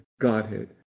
Godhead